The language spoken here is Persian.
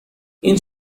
این